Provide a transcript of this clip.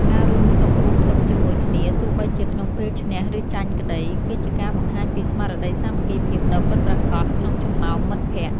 ការរួមសុខរួមទុក្ខជាមួយគ្នាទោះបីជាក្នុងពេលឈ្នះ ឬចាញ់ក្តី គឺជាការបង្ហាញពីស្មារតីសាមគ្គីភាពដ៏ពិតប្រាកដក្នុងចំណោមមិត្តភក្តិ។